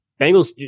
Bengals